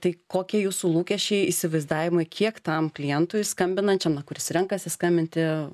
tai kokie jūsų lūkesčiai įsivaizdavimai kiek tam klientui skambinančiam na kuris renkasi skambinti